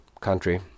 country